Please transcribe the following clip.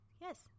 yes